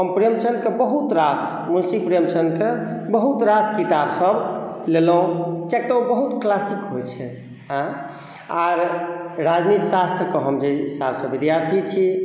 हम प्रेमचंद्र के बहुत रास मुंशी प्रेमचंद्र के बहुत रास किताब सब लेलहुॅं किआक तऽ ओ बहुत क्लासिक होइ छै अयं आ राजनीत शास्त्र के हम जे हिसाब से विद्यार्थी छी